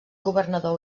governador